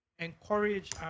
encourage